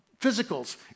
physicals